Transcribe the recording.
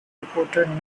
reported